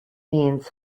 means